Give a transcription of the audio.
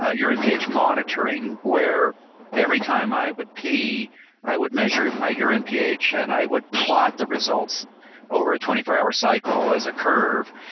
ah urine ph monitoring, where every time i would pee i would measure my urine ph. and i would plot the results over a twenty four hour cycle as a curve,